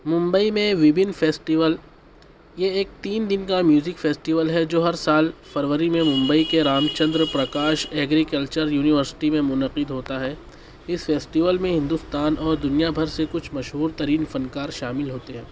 ممبئی میں وبھن فیسٹول یہ ایک تین دن کا میوزک فیسٹول ہے جو ہر سال فروری میں ممبئی کے رام چندر پرکاش اگریکلچر یونیورسٹی میں منعقد ہوتا ہے اس فیسٹول میں ہندوستان اور دنیا بھر سے کچھ مشہور ترین فنکار شامل ہوتے ہیں